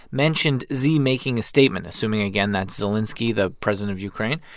mentioned z making a statement assuming, again, that's zelenskiy, the president of ukraine.